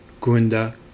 Gunda